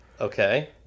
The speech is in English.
Okay